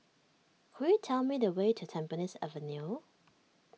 could you tell me the way to Tampines Avenue